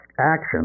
action